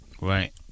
Right